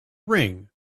ring